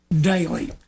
daily